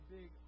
big